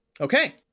Okay